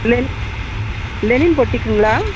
len Lenin பொட்டிக்குங்களா